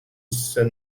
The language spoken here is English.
sin